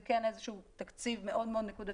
זה כן איזשהו תקציב מאוד מאוד נקודתי,